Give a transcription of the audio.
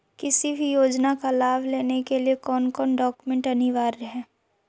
किसी भी योजना का लाभ लेने के लिए कोन कोन डॉक्यूमेंट अनिवार्य है?